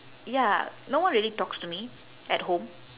ya no one really talks to me at home